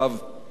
זה לא פשוט,